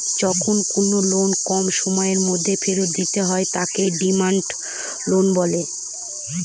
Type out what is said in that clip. যখন কোনো লোন কম সময়ের মধ্যে ফেরত দিতে হয় তাকে ডিমান্ড লোন বলে